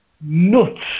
nuts